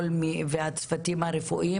והצוותים הרפואיים,